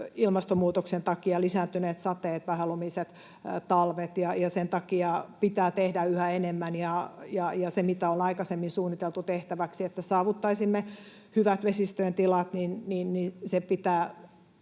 ilmastonmuutoksen takia — lisääntyneet sateet, vähälumiset talvet. Sen takia pitää tehdä yhä enemmän, ja siihen, mitä on aikaisemmin suunniteltu tehtäväksi, että saavuttaisimme hyvät vesistöjen tilat, pitää pistää